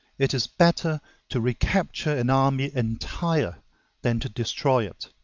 it is better to recapture an army entire than to destroy it,